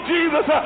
Jesus